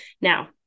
Now